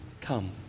come